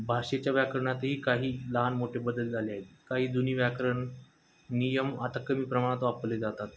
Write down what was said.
भाषेच्या व्याकरणातही काही लहान मोठे बदल झाले आहेत काही जुनी व्याकरण नियम आता कमी प्रमाणात वापरले जातात